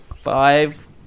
five